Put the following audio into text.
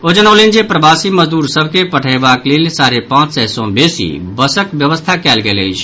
ओ जनौलनि जे प्रवासी मजदूर सभ के पठयबाक लेल साढ़े पांच सय सँ बेसी बसक व्यवस्था कयल गेल अछि